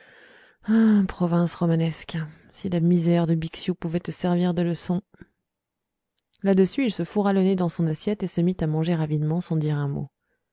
province romanesque si la misère de bixiou pouvait te servir de leçon là-dessus il se fourra le nez dans son assiette et se mit à manger avidement sans dire un mot